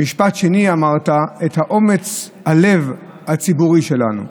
במשפט השני אמרת: "את אומץ הלב הציבורי שלנו".